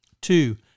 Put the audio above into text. Two